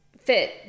fit